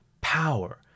power